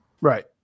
Right